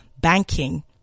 banking